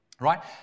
right